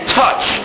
touch